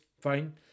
fine